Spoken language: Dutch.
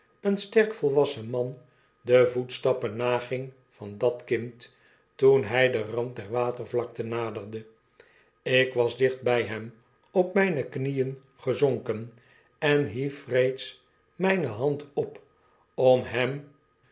een sterk volwassen man de voetstappen naging van dat kind toen hij den rand der watervlakte naderde ik was dicht by hem op myne knie gezonken en hief reeds mjjne hand op om hem